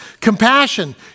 compassion